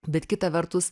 bet kita vertus